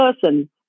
person